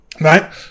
Right